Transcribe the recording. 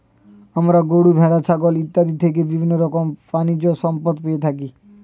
আমরা গরু, ভেড়া, ছাগল ইত্যাদি থেকে বিভিন্ন রকমের প্রাণীজ সম্পদ পেয়ে থাকি